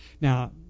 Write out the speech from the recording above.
Now